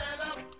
Hello